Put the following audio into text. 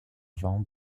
vent